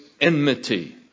enmity